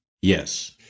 Yes